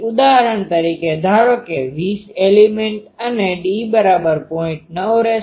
તેથી ઉદાહરણ તરીકે ધારો કે 20 એલીમેન્ટ અને d0